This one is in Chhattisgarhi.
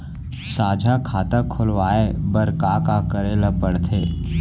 साझा खाता खोलवाये बर का का करे ल पढ़थे?